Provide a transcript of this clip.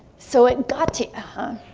so it got to huh.